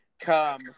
Come